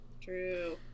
True